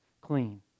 clean